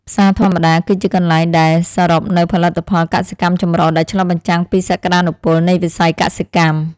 ផ្សារធម្មតាគឺជាកន្លែងដែលសរុបនូវផលិតផលកសិកម្មចម្រុះដែលឆ្លុះបញ្ចាំងពីសក្ដានុពលនៃវិស័យកសិកម្ម។